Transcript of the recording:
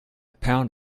pound